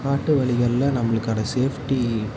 காட்டு வழிகள்ல நம்மளுக்கான சேஃப்ட்டி